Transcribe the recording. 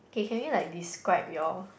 Kay can we like describe your